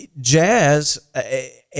jazz